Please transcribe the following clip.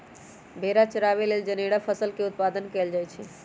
भेड़ा चराबे लेल जनेरा फसल के उत्पादन कएल जाए छै